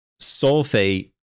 sulfate